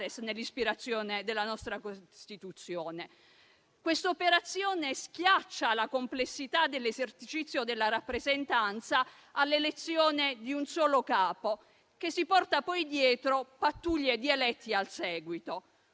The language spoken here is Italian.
nell'ispirazione della nostra Costituzione. Questa operazione schiaccia la complessità dell'esercizio della rappresentanza all'elezione di un solo capo, che si porta poi dietro pattuglie di eletti al seguito,